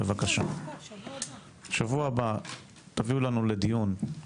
בשבוע הבא תביאו לנו לדיון כמה.